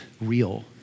real